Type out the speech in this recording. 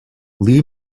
lee